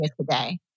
today